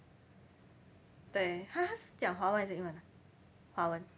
对他是讲华文还是英文华文